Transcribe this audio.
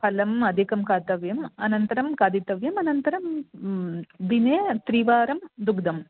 फलम् अधिकं खादितव्यम् अनन्तरं खादितव्यम् अनन्तरं दिने त्रिवारं दुग्धम्